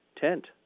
tent